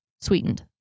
sweetened